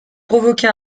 provoquer